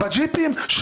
בג'יפים?